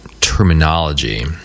terminology